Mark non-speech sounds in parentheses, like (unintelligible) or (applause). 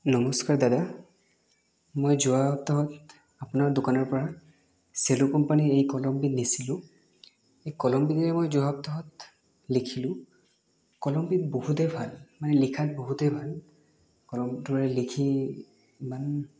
নমষ্কাৰ দাদা মই যোৱা সপ্তাহত আপোনাৰ দোকানৰ পৰা চেল' কোম্পানিৰ এই কলম কিনিছিলোঁ এই কলম (unintelligible) মই যোৱা সপ্তাহত লিখিলোঁ কলমটো বহুতেই ভাল মানে লিখাত বহুতেই ভাল কলমটোৰে লিখি ইমান